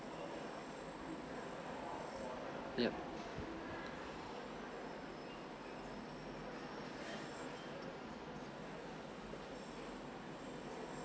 yup